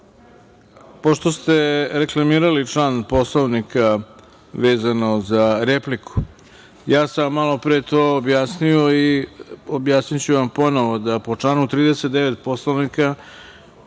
vreme. Pošto ste reklamirali član Poslovnika vezano za repliku, ja sam vam malopre to objasnio i objasniću vam ponovo. Po članu 39. Poslovnika